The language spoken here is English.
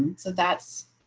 so that's